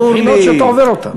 זה בחינות שאתה עובר אותן.